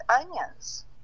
onions